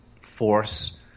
force